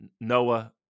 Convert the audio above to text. Noah